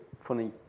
funny